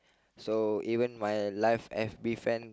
so even my life F_B friend